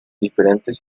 diferentes